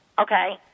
okay